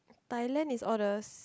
Thailand is all the